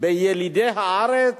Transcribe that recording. בילידי הארץ